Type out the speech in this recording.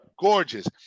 Gorgeous